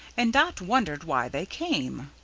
and dot wondered why they came.